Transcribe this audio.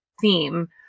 theme